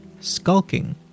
skulking